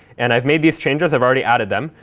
and i've made these changes. i've already added them.